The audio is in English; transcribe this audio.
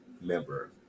member